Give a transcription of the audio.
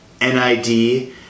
NID